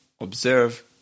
observe